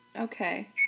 Okay